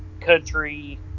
Country